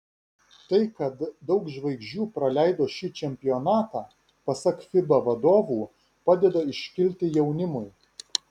tai kad daug žvaigždžių praleido šį čempionatą pasak fiba vadovų padeda iškilti jaunimui